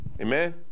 Amen